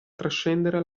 trascendere